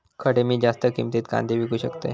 खडे मी जास्त किमतीत कांदे विकू शकतय?